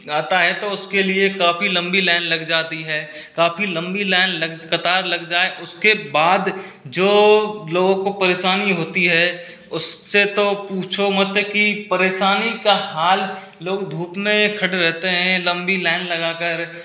आता है तो उसके लिए काफी लंबी लाइन लग जाती है काफी लंबी लाइन लग कतार लग जाए उसके बाद जो लोगों को परेशानी होती है उससे तो पूछो मत की परेशानी का हाल लोग धूप में खड़े रहते हैं लंबी लाइन लगा कर